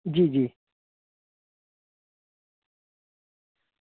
जी जी